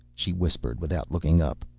she whispered without looking up.